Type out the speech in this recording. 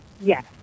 Yes